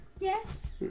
Yes